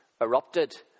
erupted